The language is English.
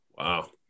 Wow